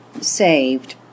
saved